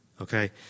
okay